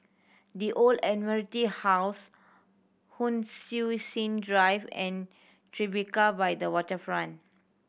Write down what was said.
The Old Admiralty House Hon Sui Sen Drive and Tribeca by the Waterfront